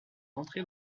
rentré